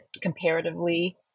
comparatively